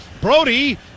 Brody